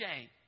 shame